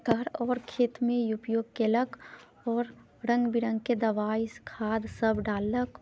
तऽ आओर खेतमे उपयोग कयलक आओर रङ्ग विरङ्गके दवाइ खाद सभ डाललक